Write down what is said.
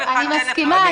41,000. אני מסכימה.